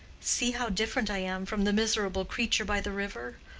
see how different i am from the miserable creature by the river!